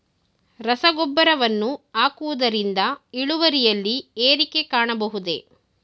ರಸಗೊಬ್ಬರವನ್ನು ಹಾಕುವುದರಿಂದ ಇಳುವರಿಯಲ್ಲಿ ಏರಿಕೆ ಕಾಣಬಹುದೇ?